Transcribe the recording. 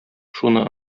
шуны